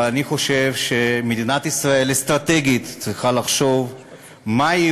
אבל אני חושב שמדינת ישראל צריכה לחשוב אסטרטגית מה היא